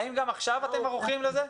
האם גם עכשיו אתם ערוכים לזה?